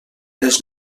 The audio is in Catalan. les